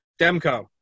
Demco